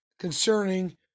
Concerning